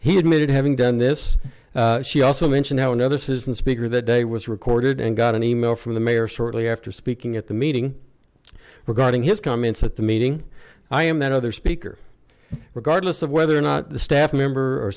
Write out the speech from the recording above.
he admitted having done this she also mentioned how another citizen speaker the day was recorded and got an email from the mayor shortly after speaking at the meeting regarding his comments at the meeting i am that other speaker regardless of whether or not the staff member or